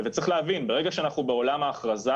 וצריך להבין, ברגע שאנחנו בעולם ההכרזה